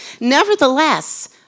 Nevertheless